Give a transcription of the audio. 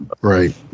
right